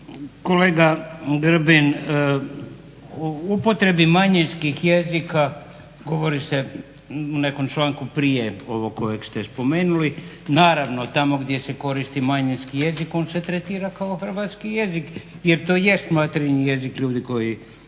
Kolega Grbin, u upotrijebi manjinskih jezika govori se u nekom članku prije ovog kojeg ste spomenuli. Naravno tamo gdje se koristi manjinski jezik on se tretira kao hrvatski jezik jer to jest materinji jezik ljudi koji